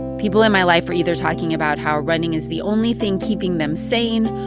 people in my life are either talking about how running is the only thing keeping them sane,